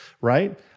right